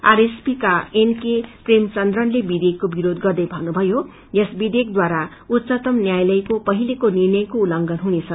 RSP का N K प्रेमचंद्रनले विधेयकको विरोध गर्दै भन्नुभयो यस विधेयकद्वारा उच्चतम न्यायालयको पहिलेको निर्णयको उल्लंघन हुनेछ